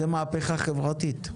זו מהפכה חברתית.